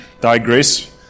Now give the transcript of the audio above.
digress